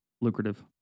lucrative